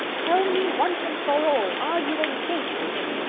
tell me once and for all, are you engaged to him?